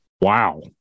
Wow